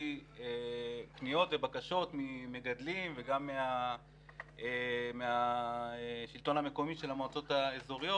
פניות ובקשות ממגדלים וגם מהשלטון המקומי של המועצות האזוריות: